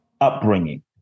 upbringing